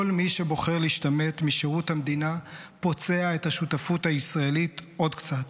כל מי שבוחר להשתמט משירות המדינה פוצע את השותפות הישראלית עוד קצת.